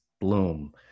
bloom